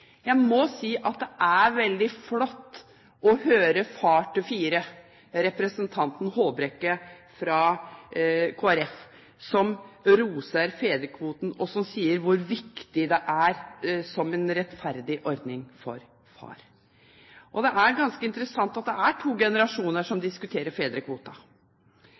Jeg må si at det er veldig flott å høre far til fire, representanten Håbrekke fra Kristelig Folkeparti, rose fedrekvoten og si hvor viktig den er som en rettferdig ordning for far. Det er ganske interessant at det er to generasjoner som diskuterer